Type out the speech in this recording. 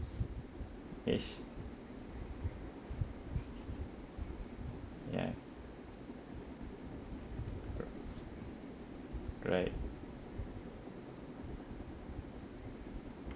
yes ya right